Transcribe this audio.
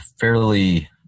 fairly